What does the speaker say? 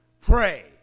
pray